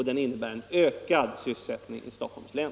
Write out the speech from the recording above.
Den innebär en ökad sysselsättning i Stockholms län.